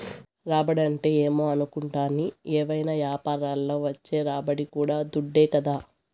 రాబడంటే ఏమో అనుకుంటాని, ఏవైనా యాపారంల వచ్చే రాబడి కూడా దుడ్డే కదా